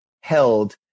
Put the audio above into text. held